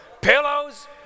Pillows